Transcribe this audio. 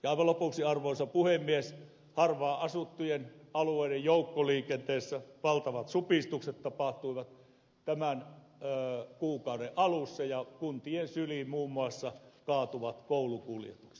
aivan lopuksi arvoisa puhemies harvaanasuttujen alueiden joukkoliikenteessä valtavat supistukset tapahtuivat tämän kuukauden alussa ja kuntien syliin kaatuvat muun muassa koulukuljetukset